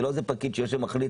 זה לא פקיד שאומר: